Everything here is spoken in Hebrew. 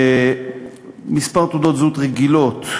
מספר תעודות הזהות הרגילות,